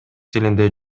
тилинде